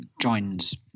joins